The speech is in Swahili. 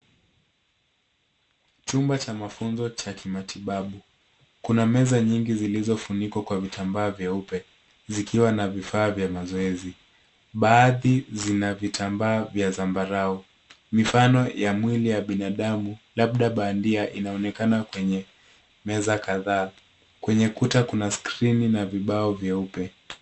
Chumba cha mafunzo cha kimatibabu, Kuna meza nyingi ziliofunikwa Kwa vitambaa veupe zikiwa Na vifaa vya mazoezi, baadhi zina vitambaa vya sambarau mifano ya mwili Wa binadamu labda bandia inaonekana kwenye meza kadhaa, kwenye ukuta Kuna screen na vibao vyeupe.